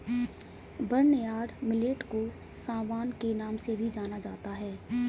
barnyard millet को सांवा के नाम से भी जाना जाता है